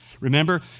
Remember